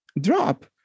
drop